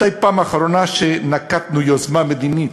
מתי הייתה הפעם האחרונה שנקטנו יוזמה מדינית?